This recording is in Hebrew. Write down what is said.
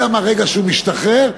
אלא מהרגע שהוא משתחרר,